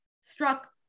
struck